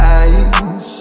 eyes